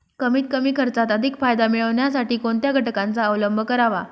कमीत कमी खर्चात अधिक फायदा मिळविण्यासाठी कोणत्या घटकांचा अवलंब करावा?